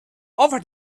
over